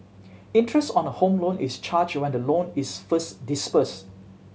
interest on a Home Loan is charge when the loan is first disbursed